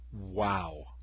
Wow